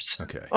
okay